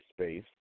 space